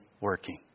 working